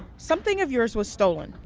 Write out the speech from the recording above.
something of yours was stolen,